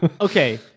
Okay